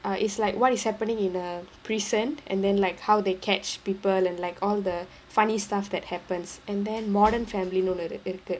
uh is like what is happening in a precinct and then like how they catch people and like all the funny stuff that happens and then modern family னு ஒன்னு இருக்கு:nu onnu irukku